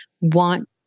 want